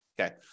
okay